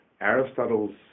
Aristotle's